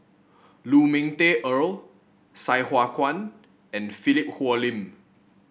Lu Ming Teh Earl Sai Hua Kuan and Philip Hoalim